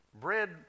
Bread